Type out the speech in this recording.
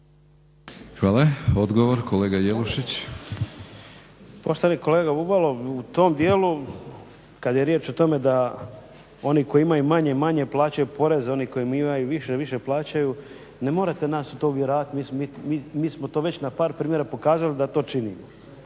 Hvala. Odgovor, kolega Jelušić. **Jelušić, Ivo (SDP)** Poštovani kolega Bubalo u tom dijelu kada je riječ o tome da oni koji imaju manje i manje plaćaju poreze, oni koji imaju više više plaćaju ne morate nas u to uvjeravati. Mi smo to već na par primjera pokazali da to činimo.